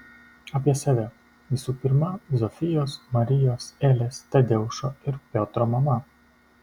apie save visų pirma zofijos marijos elės tadeušo ir piotro mama